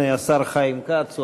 הנה השר חיים כץ,